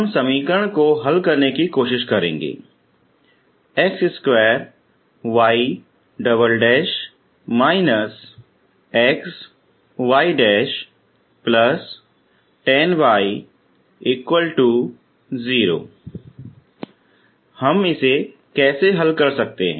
हम समीकरण को हल करने की कोशिश करेंगे हम इसे कैसे हल करते हैं